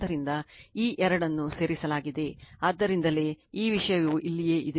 ಆದ್ದರಿಂದ ಈ 2 ಅನ್ನು ಸೇರಿಸಲಾಗಿದೆ ಆದ್ದರಿಂದಲೇ ಈ ವಿಷಯವು ಇಲ್ಲಿಯೇ ಇದೆ